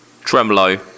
tremolo